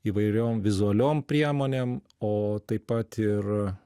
įvairiom vizualiom priemonėm o taip pat ir